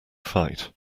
fight